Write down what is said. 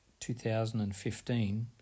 2015